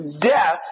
death